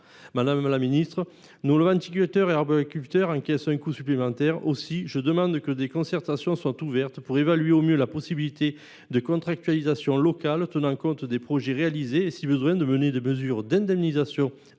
Madame la ministre, nos lavandiculteurs et arboriculteurs encaissent un coup supplémentaire. Aussi, je demande que des concertations soient ouvertes pour évaluer au mieux la possibilité de contractualisations locales tenant compte des progrès réalisés et, si besoin, pour mettre en œuvre des mesures d’indemnisation